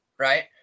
Right